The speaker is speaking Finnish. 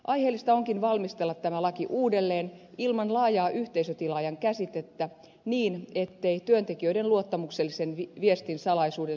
aiheellista onkin valmistella tämä laki uudelleen ilman laajaa yhteisötilaajan käsitettä niin ettei työntekijöiden luottamuksellisen viestin salaisuuden suoja kärsi